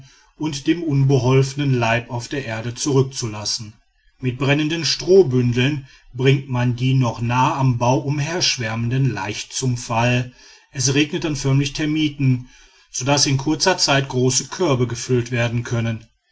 und den unbeholfenen leib auf der erde zurückzulassen mit brennenden strohbündeln bringt man die noch nahe am bau umherschwärmenden leicht zum fall es regnet dann förmlich termiten so daß in kurzer zeit große körbe gefüllt werden können